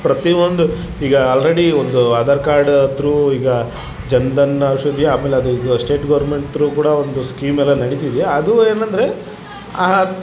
ಪ್ರತಿಒಂದು ಈಗ ಆಲ್ರೆಡಿ ಒಂದು Aadhaar card through ಈಗ ಜನಧನ್ ಔಷಧಿಯ ಆಮೇಲೆ ಅದು ಇದು ಸ್ಟೇಟ್ ಗೋರ್ಮೆಂಟ್ ತ್ರು ಕೂಡ ಒಂದು ಸ್ಕಿಮೇಲ್ಲ ನಡೀತಿದೆ ಅದು ಏನಂದರೆ